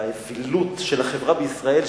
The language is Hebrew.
והאווילות של החברה בישראל,